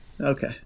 Okay